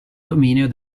dominio